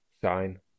sign